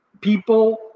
People